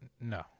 No